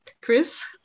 Chris